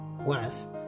West